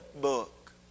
book